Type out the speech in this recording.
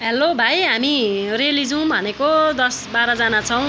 hello भाइ हामी रेली जाउँ भनेको दस बाह्रजना छौँ